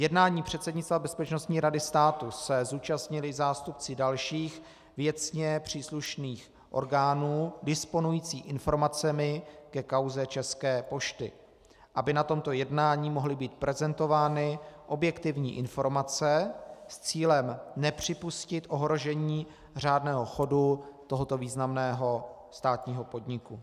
Jednání předsednictva Bezpečnostní rady státu se zúčastnili zástupci dalších věcně příslušných orgánů disponujících informacemi ke kauze České pošty, aby na tomto jednání mohly být prezentovány objektivní informace s cílem nepřipustit ohrožení řádného chodu tohoto významného státního podniku.